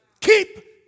Keep